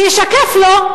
שישקף לו,